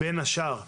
בין השאר הזכרת,